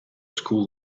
school